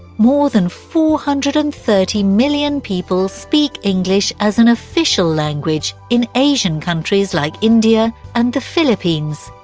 more than four hundred and thirty million people speak english as an official language in asian countries like india and the philippines,